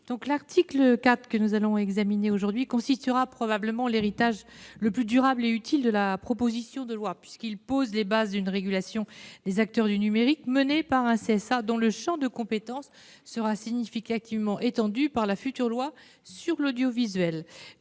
rapporteure pour avis. Cet article constituera probablement l'héritage le plus durable et utile de la proposition de loi, puisqu'il pose les bases d'une régulation des acteurs du numérique menée par un CSA dont le champ de compétences sera significativement étendu par la future loi sur l'audiovisuel.